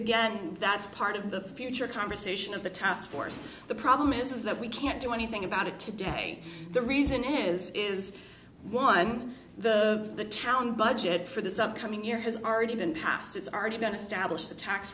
again that's part of the future conversation of the task force the problem is that we can't do anything about it today the reason is is one the the town budget for this upcoming year has already been passed it's already been established the tax